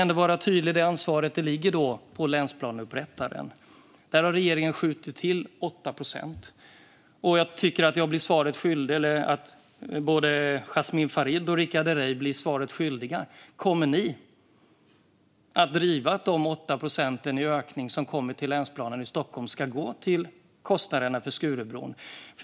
Låt mig vara tydlig: Ansvaret ligger på länsplaneupprättaren. Där har regeringen skjutit till 8 procent. Jag tycker att både Jasmin Farid och Richard Herrey blir svaret skyldiga. Kommer ni att driva att den 8 procents ökning som kommer till länsplanen i Stockholm ska gå till kostnaderna för Skurubron?